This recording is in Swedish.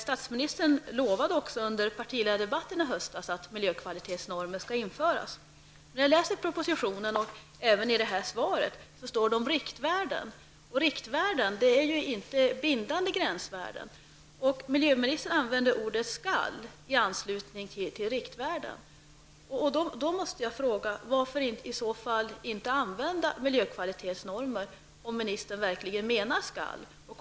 Statsministern lovade i partiledardebatten i höstas att miljökvalitetsnormer skall införas. Men när jag läser propositionen och detta svar står det i stället om riktvärden. Riktvärden är inte bindande gränsvärden. Miljöministern använder ordet ''skall'' i anslutning till riktvärden. Varför då inte använda miljökvalitetsnormer om ministern verkligen menar ''skall''?